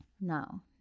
Now